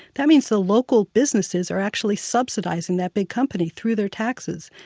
that means the local businesses are actually subsidizing that big company through their taxes.